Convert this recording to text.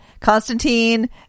Constantine